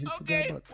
Okay